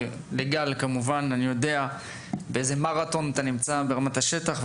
ולגל כמובן אני יודע באיזה מרתון אתה נמצא ברמת השטח,